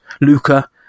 luca